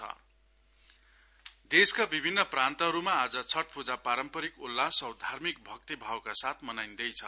छठ पूजा देशका विभिन्न प्रान्तहरुमा आज छठ पूजा पारम्परिक उल्लास औ धार्मिक भक्तभावका साथ मनाइन्दैछ